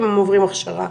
אם הם עוברים הכשרה,